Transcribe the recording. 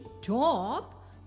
top